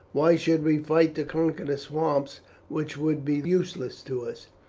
why should we fight to conquer swamps which would be useless to us?